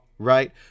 Right